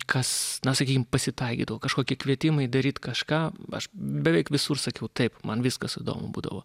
kas na sakykim pasitaikydavo kažkokie kvietimai daryt kažką aš beveik visur sakiau taip man viskas įdomu būdavo